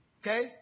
Okay